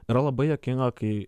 yra labai juokinga kai